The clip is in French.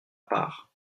part